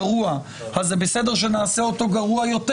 אז זה בסדר שנעשה אותו גרוע יותר